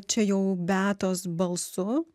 čia jau beatos balsu